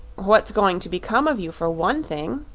what's going to become of you, for one thing,